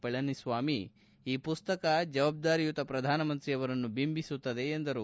ಪಳನಿಸ್ವಾಮಿ ಈ ಪುಸ್ತಕ ಜವಾಬ್ದಾರಿಯುತ ಪ್ರಧಾನಮಂತ್ರಿ ಅವರನ್ನು ಬಿಂಬಿಸುತ್ತದೆ ಎಂದರು